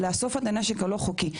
לאסוף את הנשק הלא חוקי.